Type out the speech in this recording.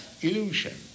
illusion